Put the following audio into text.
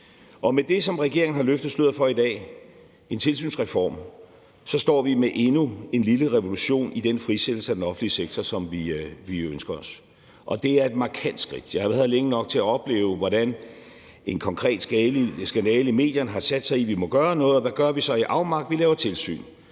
Og med det, som regeringen har løftet sløret for i dag – en tilsynsreform – står vi med endnu en lille revolution i den frisættelse af den offentlige sektor, som vi ønsker os. Og det er et markant skridt. Jeg har været her længe nok til at opleve, hvordan en konkret skandale i medierne har sat sig i kravet om, at vi må gøre noget, og hvad gør vi så i afmagt? Vi laver tilsyn.